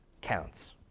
counts